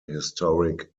historic